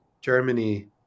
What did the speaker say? Germany